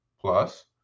plus